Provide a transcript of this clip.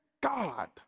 God